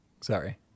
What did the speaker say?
Sorry